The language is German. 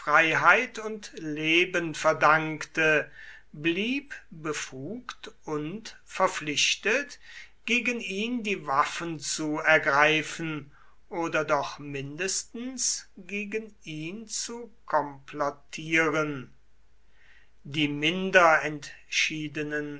und leben verdankte blieb befugt und verpflichtet gegen ihn die waffen zu ergreifen oder doch mindestens gegen ihn zu komplottieren die minder entschiedenen